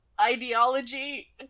ideology